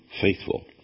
faithful